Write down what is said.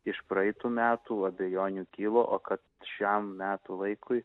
iš praeitų metų abejonių kilo o kad šiam metų laikui